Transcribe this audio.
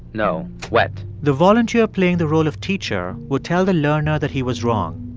no wet. the volunteer playing the role of teacher would tell the learner that he was wrong.